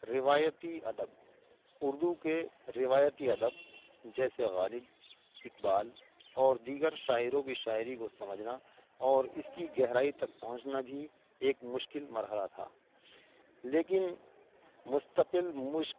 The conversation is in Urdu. روایتی ادب اردو کے روایتی ادب جیسے غالب اقبال اور دیگر شاعروں کے شاعری کو سمجھنا اور اس کی گہرائی تک پہنچنا بھی ایک مشکل مرحلہ تھا لیکن مستقل مشق